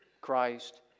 Christ